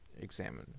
examine